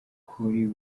kuri